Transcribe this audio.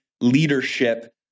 leadership